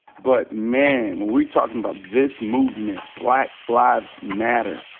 but man, when we're talkin' about this movement, black lives matter,